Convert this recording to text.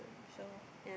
so